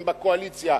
בקואליציה,